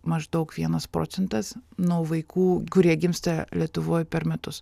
maždaug vienas procentas nuo vaikų kurie gimsta lietuvoj per metus